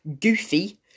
goofy